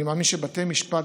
אני מאמין שבתי המשפט,